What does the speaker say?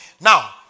Now